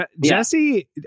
Jesse